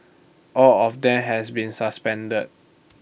all of them has been suspended